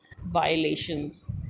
violations